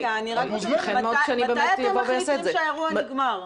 רגע, אני רק שואלת, מתי אתם מחליטים שהאירוע נגמר?